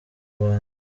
rwanda